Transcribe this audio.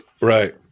Right